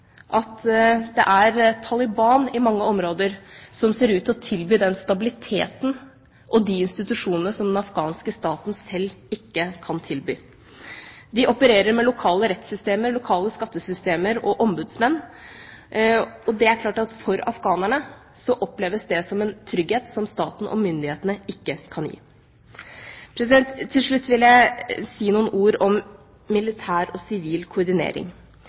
at det i mange områder er Taliban som ser ut til å tilby den stabiliteten og de institusjonene som den afghanske staten sjøl ikke kan tilby. De opererer med lokale rettssystemer, lokale skattesystemer og ombudsmenn. Det er klart at for afghanerne oppleves det som en trygghet som staten og myndighetene ikke kan gi. Til slutt vil jeg si noen ord om militær og sivil koordinering.